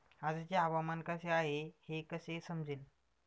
आजचे हवामान कसे आहे हे कसे समजेल?